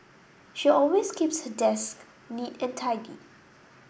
she always keeps her desk neat and tidy